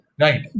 Right